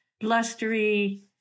blustery